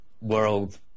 world